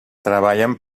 treballen